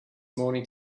morning